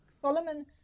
Solomon